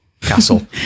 Castle